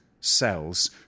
cells